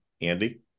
Andy